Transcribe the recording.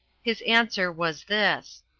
his answer was this